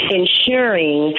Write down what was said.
ensuring